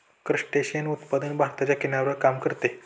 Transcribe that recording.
crustacean उत्पादन भारताच्या किनाऱ्यावर काम करते